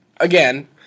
Again